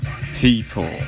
people